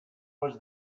was